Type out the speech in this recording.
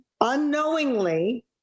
unknowingly